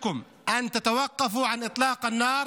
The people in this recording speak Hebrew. אנו קוראים לכם לעצור את הירי